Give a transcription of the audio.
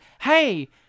hey